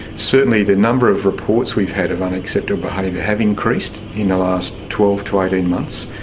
certainly the number of reports we've had of unacceptable behaviour have increased in the last twelve to eighteen months.